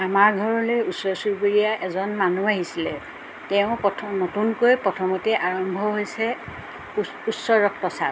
আমাৰ ঘৰলৈ ওচৰ চুবুৰীয়া এজন মানুহ আহিছিলে তেওঁ প্ৰথম নতুনকৈ প্ৰথমতে আৰম্ভ হৈছে উচ্চ ৰক্তচাপ